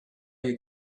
you